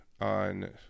on